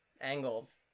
Angles